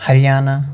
Haryana